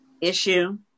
issue